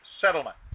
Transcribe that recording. settlement